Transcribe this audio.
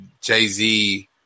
Jay-Z